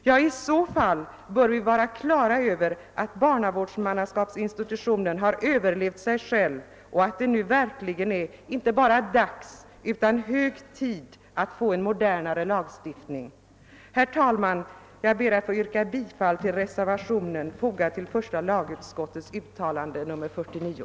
Ja, i så fall bör vi vara på det klara med att barnavårdsmannainstitutionen har överlevt sig själv och att det nu verkligen är, inte bara dags, utan hög tid, att få en modernare lagstiftning. Herr talman! Jag ber att få yrka bifall till reservationen fogad till första lagutskottets utlåtande nr 49.